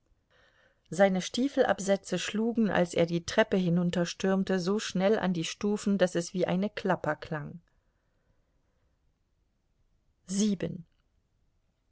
seine stiefelabsätze schlugen als er die treppe hinunterstürmte so schnell an die stufen daß es wie eine klapper klang